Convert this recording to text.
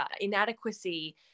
inadequacy